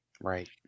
Right